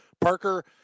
Parker